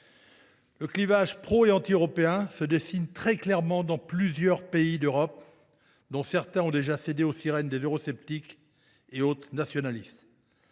européens et anti européens se dessine très clairement dans plusieurs pays d’Europe, dont certains ont déjà cédé aux sirènes des eurosceptiques et autres nationalistes.